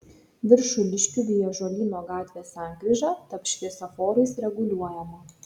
viršuliškių bei ąžuolyno gatvės sankryža taps šviesoforais reguliuojama